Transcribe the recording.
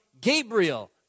Gabriel